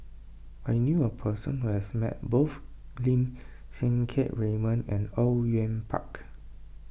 I knew a person who has met both Lim Siang Keat Raymond and Au Yue Pak